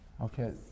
okay